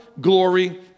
glory